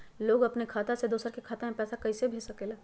लोग अपन खाता से दोसर के खाता में पैसा कइसे भेज सकेला?